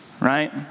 Right